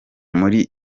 muri